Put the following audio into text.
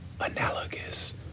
analogous